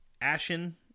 ashen